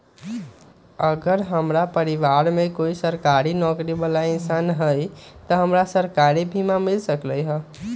अगर हमरा परिवार में कोई सरकारी नौकरी बाला इंसान हई त हमरा सरकारी बीमा मिल सकलई ह?